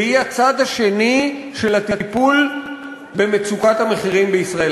והיא הצד השני של הטיפול במצוקת המחירים בישראל.